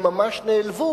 הם ממש נעלבו,